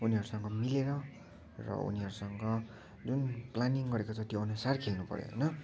उनीहरूसँग मिलेर र उनीहरूसँग जुन प्लानिङ गरेको छ त्यो अनुसार खेल्न पऱ्यो होइन